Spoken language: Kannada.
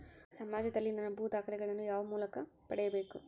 ಸಮಾಜದಲ್ಲಿ ನನ್ನ ಭೂ ದಾಖಲೆಗಳನ್ನು ಯಾವ ಮೂಲಕ ಪಡೆಯಬೇಕು?